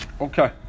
Okay